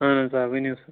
اہن حظ آ ؤنِو